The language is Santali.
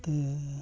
ᱱᱚᱛᱮ